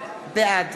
בעד